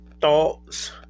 thoughts